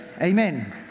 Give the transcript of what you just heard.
Amen